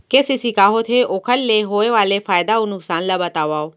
KCC का होथे, ओखर ले होय वाले फायदा अऊ नुकसान ला बतावव?